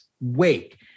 wake